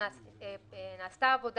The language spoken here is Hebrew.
אמרתי